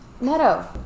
Meadow